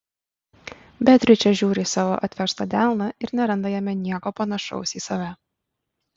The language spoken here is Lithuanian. beatričė žiūri į savo atverstą delną ir neranda jame nieko panašaus į save